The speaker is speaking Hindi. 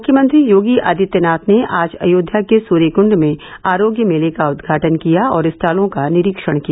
मुख्यमंत्री योगी आदित्यनाथ ने आज अयोध्या के सूर्यकृंड में आरोग्य मेले का उदघाटन किया और स्टालों का निरीक्षण किया